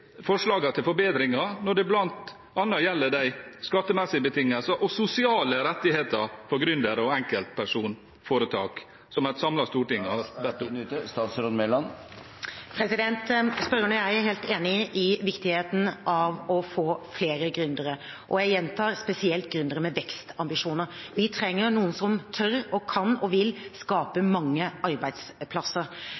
til forbedringer når det bl.a. gjelder de skattemessige betingelsene og sosiale rettigheter for gründere og enkeltpersonsforetak, som et samlet storting har bedt om? Spørreren og jeg er helt enige om viktigheten av å få flere gründere, og jeg gjentar spesielt gründere med vekstambisjoner. Vi trenger noen som tør og kan og vil skape